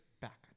back